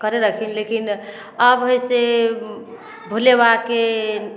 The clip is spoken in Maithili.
करै रहखिन लेकिन आब हइ से भोलेबाबाके